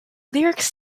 lyrics